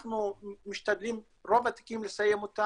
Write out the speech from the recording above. אנחנו משתדלים לסיים את רוב התיקים,